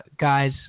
guys